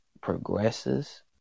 progresses